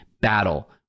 battle